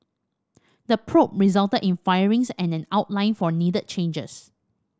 the probe resulted in firings and an outline for needed changes